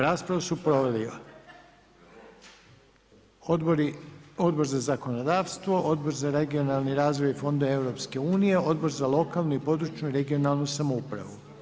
Raspravu su proveli Odbor za zakonodavstvo, Odbor za regionalni razvoj i fondove EU, Odbor za lokalnu i područnu (regionalnu) samoupravu.